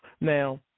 Now